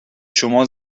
شما